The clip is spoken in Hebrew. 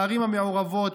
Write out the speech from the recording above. בערים המעורבות,